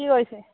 কি কৰিছে